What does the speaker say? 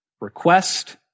Request